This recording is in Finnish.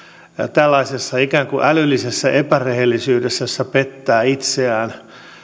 tällaisessa ikään kuin älyllisessä epärehellisyydessä jossa pettää itseään